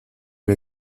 mir